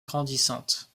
grandissante